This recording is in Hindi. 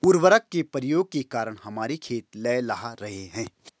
उर्वरक के प्रयोग के कारण हमारे खेत लहलहा रहे हैं